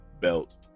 belt